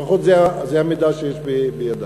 לפחות זה המידע שיש בידי,